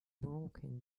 broken